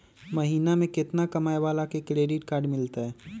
महीना में केतना कमाय वाला के क्रेडिट कार्ड मिलतै?